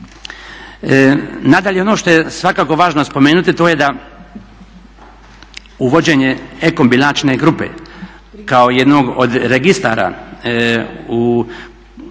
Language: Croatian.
Nadalje, ono što je svakako važno spomenuti to je da uvođenje … grupe kao jednog od registara u